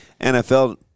NFL